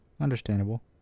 Understandable